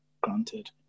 granted